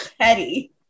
petty